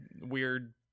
weird